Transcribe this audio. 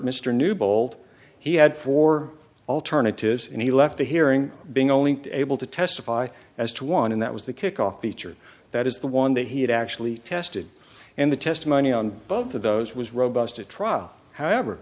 mr newbold he had four alternatives and he left the hearing being only able to testify as to one and that was the kickoff feature that is the one that he had actually tested and the testimony on both of those was robust a trial however